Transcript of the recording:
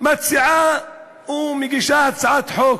מציעה ומגישה הצעת חוק.